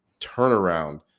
turnaround